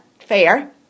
fair